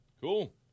Cool